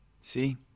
See